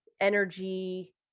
energy